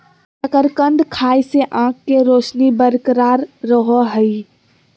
शकरकंद खाय से आंख के रोशनी बरकरार रहो हइ